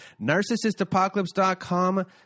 NarcissistApocalypse.com